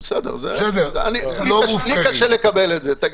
לי קשה לקבל את זה.